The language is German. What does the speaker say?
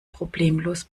problemlos